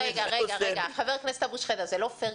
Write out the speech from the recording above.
זה לא פר,